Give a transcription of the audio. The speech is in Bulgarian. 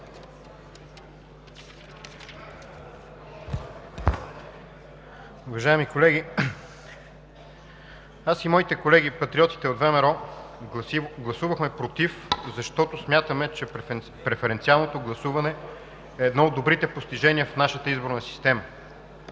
Уважаеми колеги! Аз и моите колеги – Патриотите от ВМРО, гласувахме „против“, защото смятаме, че преференциалното гласуване е едно от добрите постижения в нашата изборна система.